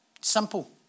simple